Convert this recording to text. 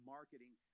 Marketing